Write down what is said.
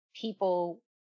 People